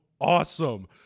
awesome